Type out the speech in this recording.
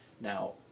Now